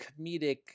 comedic